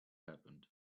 happened